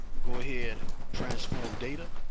go ahead. transform data.